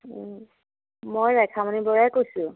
মই ৰেখামণি বৰাই কৈছোঁ